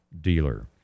dealer